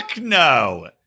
No